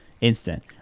Instant